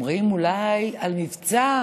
אומרים: אולי על מבצע,